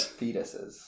fetuses